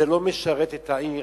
זה לא משרת את העיר.